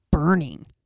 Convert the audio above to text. burning